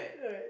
right